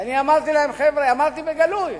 אני אמרתי להם: חבר'ה, אמרתי בגלוי,